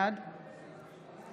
בעד